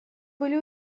были